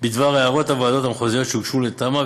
בדבר הערות הוועדות המחוזיות שהוגשו לתמ"א,